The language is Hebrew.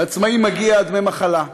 לעצמאים מגיעים דמי מחלה,